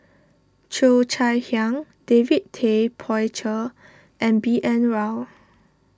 Cheo Chai Hiang David Tay Poey Cher and B N Rao